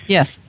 Yes